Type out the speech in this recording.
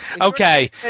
Okay